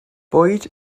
bwyd